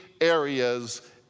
areas